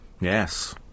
Yes